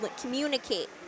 communicate